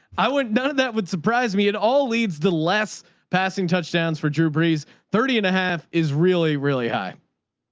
i wouldn't, none of that would surprise me. it all leads the less passing touchdowns for drew brees thirteen and a half is really, really high.